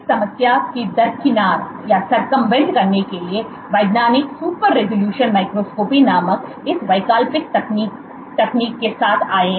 इसलिए इस समस्या को दरकिनार करने के लिए वैज्ञानिक सुपर रिजॉल्यूशन माइक्रोस्कोपी नामक इस वैकल्पिक तकनीक के साथ आए हैं